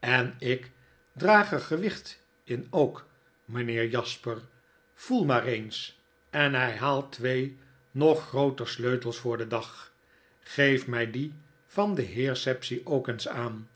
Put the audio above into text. en ik draag er gewicht in ook mijnheer jasper voel maar eens en hij haalt twee nog grooter sleutels voor den dag geef mij dien van den heer sapsea ook eens aan